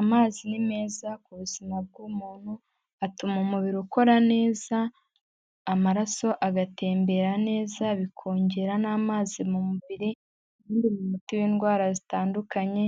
Amazi ni meza ku buzima bw'umuntu, atuma umubiri ukora neza, amaraso agatembera neza bikongera n'amazi mu mubiri, ubundi ni umuti w'indwara zitandukanye,